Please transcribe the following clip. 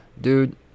Dude